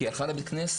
כי היא הלכה לבית כנסת,